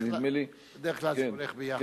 נדמה לי, בדרך כלל זה הולך ביחד.